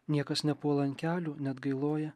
niekas nepuola ant kelių neatgailauja